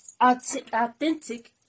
authentic